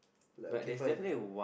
like okay fine